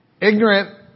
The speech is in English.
Ignorant